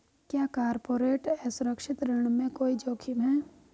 क्या कॉर्पोरेट असुरक्षित ऋण में कोई जोखिम है?